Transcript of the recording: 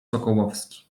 sokołowski